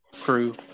crew